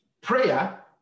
Prayer